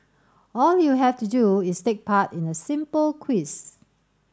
all you have to do is take part in a simple quiz